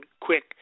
quick